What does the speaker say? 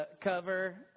cover